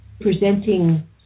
presenting